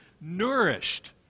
nourished